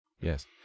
yes